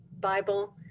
Bible